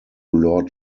lord